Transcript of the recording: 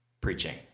preaching